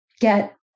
get